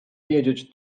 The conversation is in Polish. wiedzieć